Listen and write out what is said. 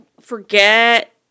forget